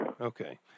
Okay